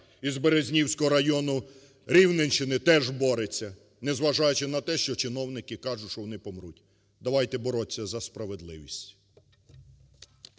із Березнівського району Рівненщини теж бореться, незважаючи на те, що чиновники кажуть, що вони помруть. Давайте боротися за справедливість.